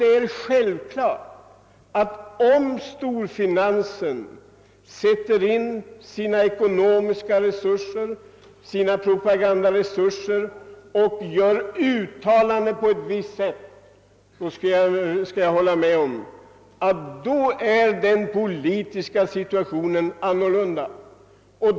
Det är självklart att om storfinansen sätter in sina ekonomiska tillgångar och sina propagandaresurser och gör uttalanden på ett visst sätt, blir den politiska situationen en annan.